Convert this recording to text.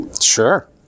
Sure